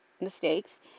mistakes